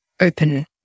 open